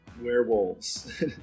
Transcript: Werewolves